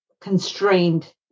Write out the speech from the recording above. constrained